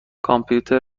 کامپیوتر